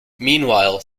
meanwhile